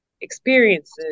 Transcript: experiences